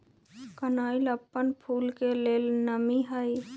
कनइल अप्पन फूल के लेल नामी हइ